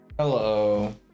Hello